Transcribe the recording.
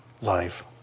life